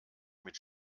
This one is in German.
mit